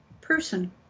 person